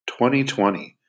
2020